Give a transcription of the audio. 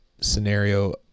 scenario